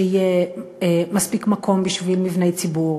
שיהיה מספיק מקום בשביל מבני ציבור,